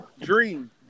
Dream